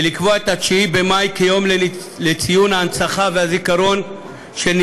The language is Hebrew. ולקבוע את יום 9 במאי יום להנצחה ולזיכרון ניצחון